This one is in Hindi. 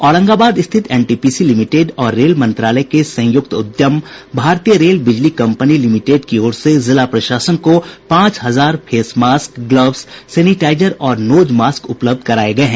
औरंगाबाद स्थित एनटीपीसी लिमिटेड और रेल मंत्रालय के संयुक्त उद्यम भारतीय रेल बिजली कंपनी लिमिटेड की ओर से जिला प्रशासन को पांच हजार फेस मास्क ग्लव्स सेनिटाइजर और नोज मास्क उपलब्ध कराये गये हैं